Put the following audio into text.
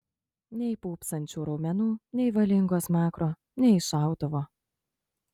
nei pūpsančių raumenų nei valingo smakro nei šautuvo